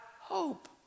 hope